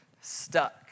stuck